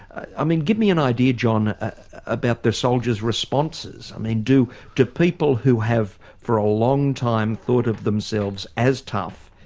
i mean give me an idea john about the soldiers' responses. i mean do people who have for a long time thought of themselves as tough,